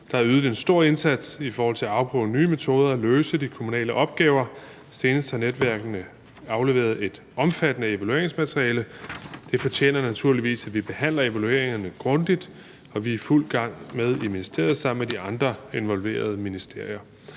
Der er ydet en stor indsats i forhold til at afprøve nye metoder, løse de kommunale opgaver, og senest har netværkene afleveret et omfattende evalueringsmateriale. Det fortjener naturligvis, at vi behandler evalueringerne grundigt, og det er vi i fuld gang med i ministeriet sammen med de andre involverede ministerier.